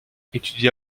étudia